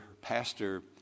Pastor